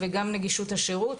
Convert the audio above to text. וגם נגישות השירות,